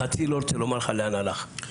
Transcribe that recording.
חצי לא רוצה לומר לך לאן הלך.